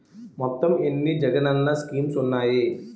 మొత్తం ఎన్ని జగనన్న స్కీమ్స్ ఉన్నాయి?